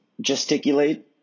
gesticulate